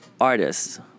artists